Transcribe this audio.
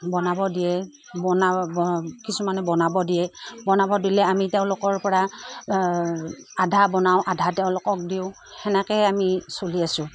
বনাব দিয়ে বনাব কিছুমানে বনাব দিয়ে বনাব দিলে আমি তেওঁলোকৰপৰা আধা বনাওঁ আধা তেওঁলোকক দিওঁ সেনেকৈয়ে আমি চলি আছো